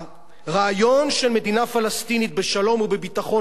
הרעיון של מדינה פלסטינית בשלום ובביטחון